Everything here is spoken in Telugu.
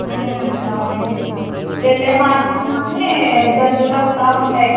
అవునండి వెళ్ళే మార్గంలోనే జంతువులు వస్తా ఉంటాయి